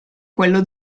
quello